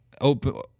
open